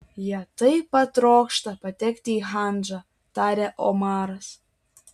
jie taip pat trokšta patekti į hadžą tarė omaras